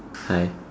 hi